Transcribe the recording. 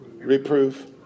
Reproof